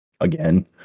again